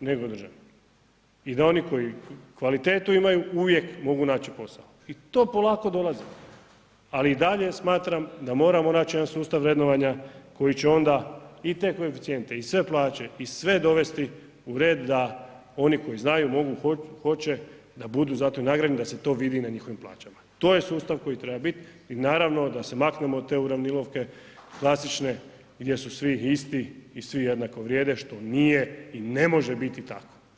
nego država i da oni koji kvalitetu imaju, uvijek mogu naći posao i to polako dolazi ali i dalje smatram da moramo naći jedan sustav vrednovanja koji će onda i te koeficijente i sve plaće i sve dovesti u red oni koji znaju, mogu, hoće, da budu zato i nagrađeni, da se to vidi na njihovim plaćama, to je sustav koji treba bit i naravno da se maknemo od te uravnilovke klasične gdje su svi isti i svi jednako vrijede što nije i ne može biti tako.